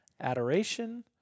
adoration